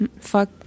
Fuck